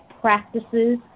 practices